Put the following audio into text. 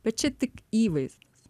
bet čia tik įvaizdis